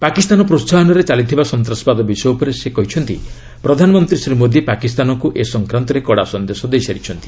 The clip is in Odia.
ପାକିସ୍ତାନ ପ୍ରେହାହନରେ ଚାଲିଥିବା ସନ୍ତାସବାଦ ବିଷୟ ଉପରେ ସେ କହିଛନ୍ତି ପ୍ରଧାନମନ୍ତ୍ରୀ ଶ୍ରୀ ମୋଦି ପାକିସ୍ତାନକୁ ଏ ସଂକ୍ରାନ୍ତରେ କଡ଼ା ସନ୍ଦେଶ ଦେଇସାରିଛନ୍ତି